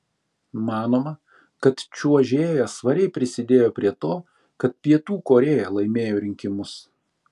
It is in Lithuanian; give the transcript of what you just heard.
manoma kad čiuožėja svariai prisidėjo prie to kad pietų korėja laimėjo rinkimus